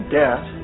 debt